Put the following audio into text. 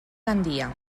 gandia